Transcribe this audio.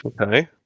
Okay